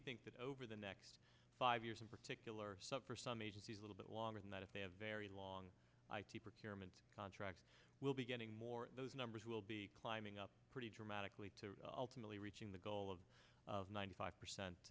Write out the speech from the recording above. think that over the next five years in particular for some agencies a little bit longer than that if they have very long term and contract will be getting more those numbers will be climbing up pretty dramatically to alternately reaching the goal of of ninety five percent